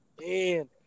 man